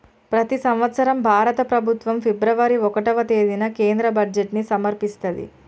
ప్రతి సంవత్సరం భారత ప్రభుత్వం ఫిబ్రవరి ఒకటవ తేదీన కేంద్ర బడ్జెట్ను సమర్పిత్తది